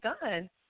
done